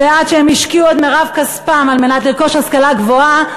שעד שהם השקיעו את מרב כספם כדי לרכוש השכלה גבוהה,